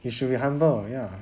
you should be humble ya